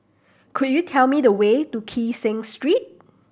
could you tell me the way to Kee Seng Street